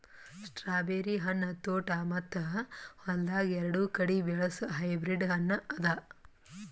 strawberry ಹಣ್ಣ ತೋಟ ಮತ್ತ ಹೊಲ್ದಾಗ್ ಎರಡು ಕಡಿ ಬೆಳಸ್ ಹೈಬ್ರಿಡ್ ಹಣ್ಣ ಅದಾ